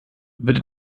wird